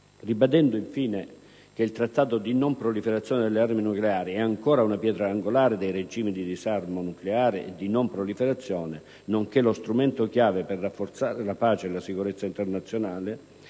Ribadendo, infine, che il Trattato di non proliferazione delle armi nucleari è ancora una pietra angolare dei regimi di disarmo nucleare e di non proliferazione, nonché lo strumento chiave per rafforzare la pace e la sicurezza internazionale,